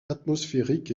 atmosphérique